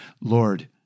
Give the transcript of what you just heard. Lord